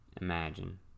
Imagine